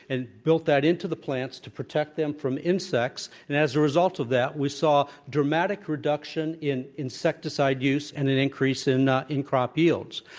and built that into the plants to protect them from insects. and as a result of that, we saw dramatic reduction in insecticide use and an increase in in crop yields.